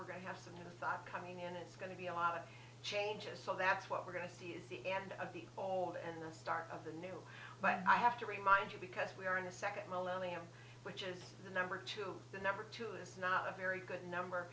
we're going to have some new five coming in it's going to be a lot of changes so that's what we're going to see is the end of the cold and the start of the new but i have to remind you because we are in the second millennium which is the number two the number two is not a very good number